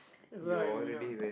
that's why I agree now